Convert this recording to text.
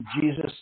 Jesus